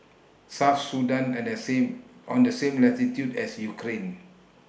South Sudan on The same on The same latitude as Ukraine